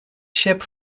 ship